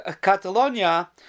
Catalonia